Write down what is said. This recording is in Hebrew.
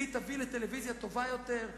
והיא תביא טלוויזיה טובה יותר,